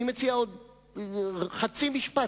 אני מציע עוד חצי משפט,